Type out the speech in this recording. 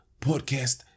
Podcast